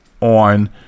on